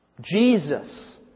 Jesus